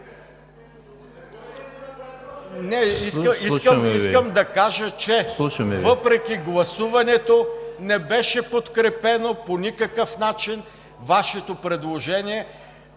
Не, искам да кажа, че въпреки гласуването, не беше подкрепено по никакъв начин Вашето предложение